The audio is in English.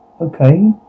Okay